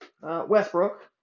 Westbrook